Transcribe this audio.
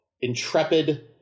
intrepid